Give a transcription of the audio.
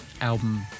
album